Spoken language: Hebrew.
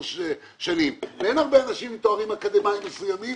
של 10 שנים ואין הרבה אנשים עם תארים אקדמאיים מסוימים